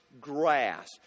grass